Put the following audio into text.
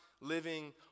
living